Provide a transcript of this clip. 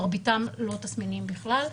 מרביתם ללא תסמינים בכלל.